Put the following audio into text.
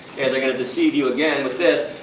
yeah their gonna deceive you again with this.